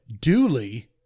duly